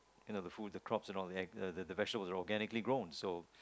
you know the food and crops and all the agr~ the vegetables are organically grown so